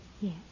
Yes